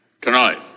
tonight